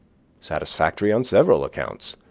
satisfactory on several accounts,